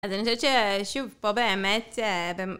אז אני חושבת ש... שוב פה באמת אה... במ...